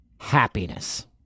happiness